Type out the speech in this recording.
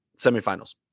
semifinals